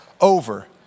over